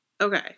Okay